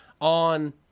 on